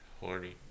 Horny